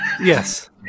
yes